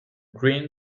green